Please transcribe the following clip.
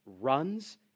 Runs